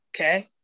okay